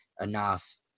enough